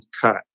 cut